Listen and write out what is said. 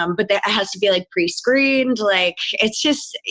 um but there, it has to be like prescreened like it's just,